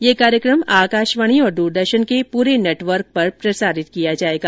यह कार्यक्रम आकाशवाणी और दूरदर्शन के पूरे नेटवर्क पर प्रसारित किया जाएगा